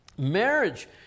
Marriage